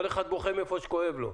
כל אחד בוכה מאיפה שכואב לו.